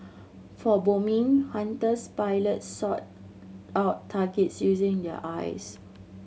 for bombing Hunter's pilots sought out targets using their eyes